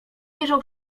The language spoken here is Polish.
wyjrzał